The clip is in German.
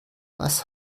was